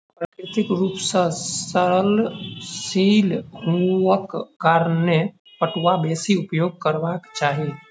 प्राकृतिक रूप सॅ सड़नशील हुअक कारणें पटुआ बेसी उपयोग करबाक चाही